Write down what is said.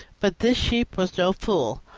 but this sheep was no fool.